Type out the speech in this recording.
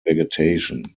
vegetation